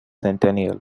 centennial